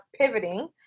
pivoting